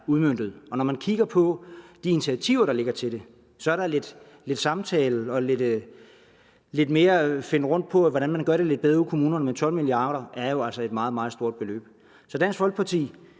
udmøntet, og når man kigger på de initiativer, der ligger til det, er det lidt samtale og lidt mere finden ud af, hvordan man gør det lidt bedre ude i kommunerne. Men 12 mia. kr. er jo altså et meget, meget stort beløb. Så hvad